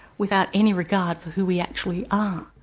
without any regard for who we actually are.